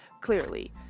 clearly